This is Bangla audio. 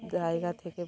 জায়গা থেকে